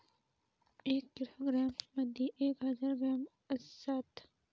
एक किलोग्रॅम मदि एक हजार ग्रॅम असात